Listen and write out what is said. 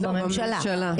בממשלה,